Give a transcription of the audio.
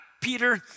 Peter